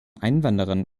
einwanderern